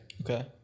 Okay